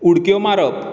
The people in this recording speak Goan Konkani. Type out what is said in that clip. उडक्यो मारप